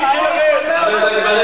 אבל מה קורה,